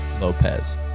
Lopez